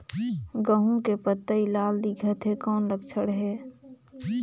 गहूं के पतई लाल दिखत हे कौन लक्षण हे?